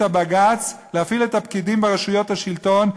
בג"ץ להפעיל את הפקידים ברשויות השלטון,